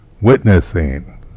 witnessing